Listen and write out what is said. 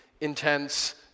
intense